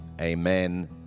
amen